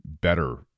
better